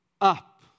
up